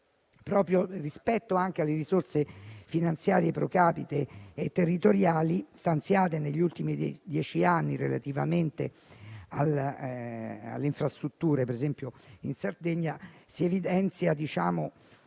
anche rispetto alle risorse finanziarie *pro capite* e territoriali stanziate negli ultimi dieci anni relativamente alle infrastrutture, ad esempio in Sardegna, si evidenzia un calo